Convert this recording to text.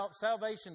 salvation